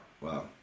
Wow